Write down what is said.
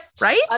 right